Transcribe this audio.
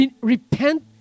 repent